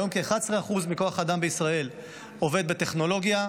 היום כ-11% מכוח האדם בישראל עובד בטכנולוגיה.